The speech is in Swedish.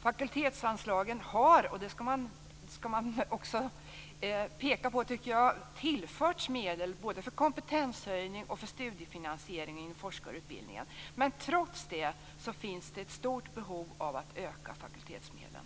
Fakultetsanslagen har, och det skall man också peka på tycker jag, tillförts medel både för kompetenshöjning och för studiefinansiering i forskarutbildningen. Trots det finns det ett stort behov av att öka fakultetsmedlen.